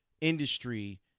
industry